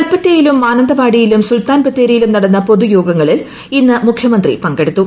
കൽപ്പറ്റയിലും മാനന്തവാടിയിലും സുൽത്താൻ ബത്തേരിയിലും നടന്ന പൊതുയോഗങ്ങളിൽ ഇന്ന് മുഖ്യമന്ത്രി പങ്കെടുത്തു